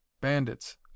bandits